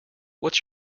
what’s